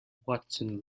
watson